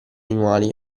animali